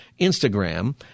Instagram